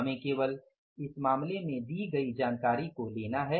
हमें केवल इस मामले में दी गई जानकारी को लेना है